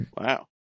wow